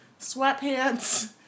sweatpants